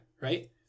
right